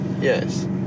Yes